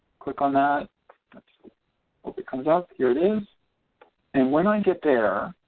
click on that let's hope it comes up here it is and when i get there